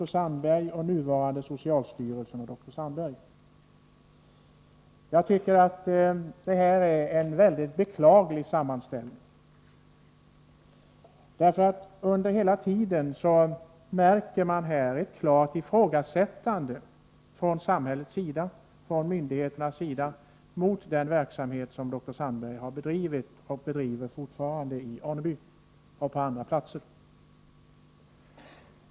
Den sammanställningen upptar inte mindre sju A 4-sidor. Jag tycker att det här är en mycket beklaglig sammanställning. Hela tiden märks ett klart ifrågasättande från samhällets sida, från myndigheternas sida, av den verksamhet som dr Sandberg har bedrivit och fortfarande bedriver i Aneby och på andra platser.